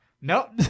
Nope